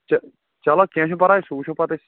چلو کیٚنٛہہ چھُنہٕ پَرواے سُہ وٕچھو پَتہٕ أسۍ